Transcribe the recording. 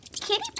Kitty